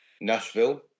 Nashville